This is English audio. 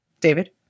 David